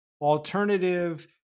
alternative